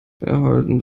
behalten